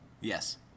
Yes